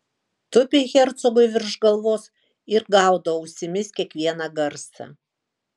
tupi hercogui virš galvos ir gaudo ausimis kiekvieną garsą